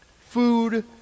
food